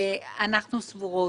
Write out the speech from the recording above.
אנחנו סבורות